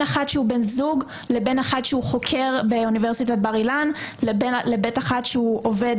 שהוא בן זוג ל-ב1 שהוא חוקר באוניברסיטת בר אילן לבין ב1 שעובד